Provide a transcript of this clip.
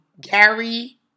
Gary